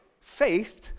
faith